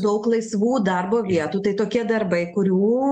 daug laisvų darbo vietų tai tokie darbai kurių